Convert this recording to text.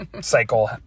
cycle